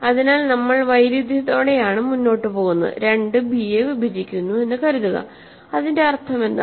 അതിനാൽ നമ്മൾ വൈരുദ്ധ്യത്തോടെയാണ് മുന്നോട്ട് പോകുന്നത് 2 bയെ വിഭജിക്കുന്നു എന്ന് കരുതുക അതിന്റെ അർത്ഥമെന്താണ്